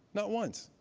not once.